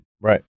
Right